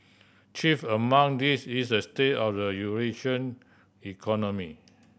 chief among these is a state of the economy